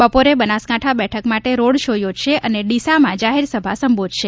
બપોરે બનાસકાંઠા બેઠક માટે રોડ શો યોજશે અને ડીસામાં જાહેરસભા સંબોધશે